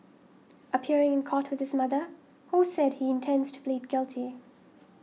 appearing in court with his mother Ho said he intends to plead guilty